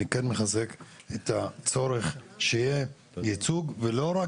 אני כן מחזק את הצורך שיהיה ייצוג ולא רק